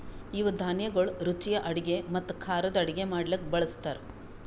ಇವು ಧಾನ್ಯಗೊಳ್ ರುಚಿಯ ಅಡುಗೆ ಮತ್ತ ಖಾರದ್ ಅಡುಗೆ ಮಾಡ್ಲುಕ್ ಬಳ್ಸತಾರ್